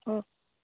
ఓ